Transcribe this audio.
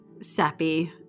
sappy